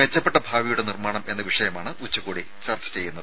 മെച്ചപ്പെട്ട ഭാവിയുടെ നിർമ്മാണം എന്ന വിഷയമാണ് ഉച്ചകോടി ചർച്ച ചെയ്യുന്നത്